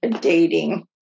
dating